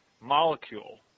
molecule